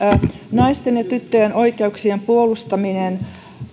naisten ja tyttöjen oikeuksien puolustaminen